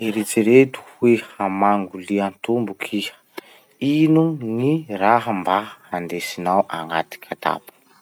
Eritsereto hoe hamango liatomboky iha. Ino gny raha mba handesinao agnaty kitapo?